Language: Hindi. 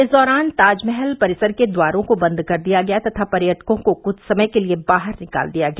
इस दौरान ताजमहल परिसर के द्वारों को बंद कर दिया गया तथा पर्यटकों को कुछ समय के लिए बाहर निकाल दिया गया